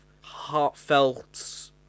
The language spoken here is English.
heartfelt